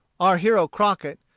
our hero crockett,